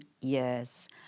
years